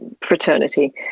fraternity